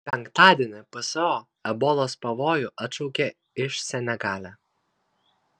penktadienį pso ebolos pavojų atšaukė iš senegale